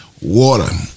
Water